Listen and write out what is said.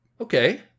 Okay